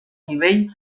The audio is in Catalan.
nivell